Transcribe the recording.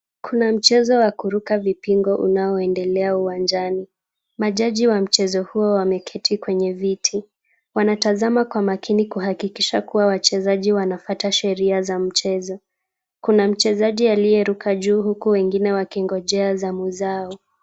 Kuna mchezo wa kuruka vipingo unaoendelea uwanjani. Majaji wa mchezo huo wameketi kwenye viti. Wanatazama kwa makini kuhakikisha kuwa wachezaji wanafuata sheria za mchezo. Kuna mchezaji aliyeruka juu huku wengine wakingojea zamu zao.